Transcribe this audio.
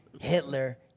Hitler